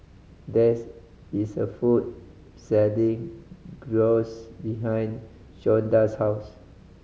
there is is a food selling Gyros behind Shonda's house